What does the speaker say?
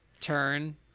turn